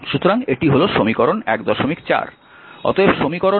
সুতরাং এটি আসলে সমীকরণ 14